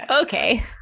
okay